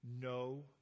no